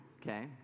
okay